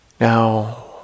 Now